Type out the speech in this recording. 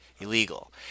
illegal